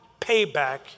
payback